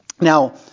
Now